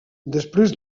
després